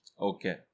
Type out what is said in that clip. Okay